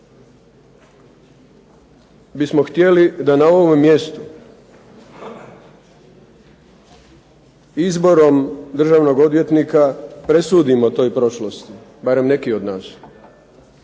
bismo htjeli da na ovome mjestu izborom državnog odvjetnika presudimo toj prošlosti, barem neki od nas,